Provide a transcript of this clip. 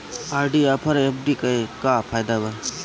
RD आउर FD के का फायदा बा?